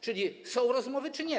Czyli są rozmowy, czy nie?